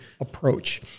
approach